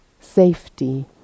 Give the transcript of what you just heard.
safety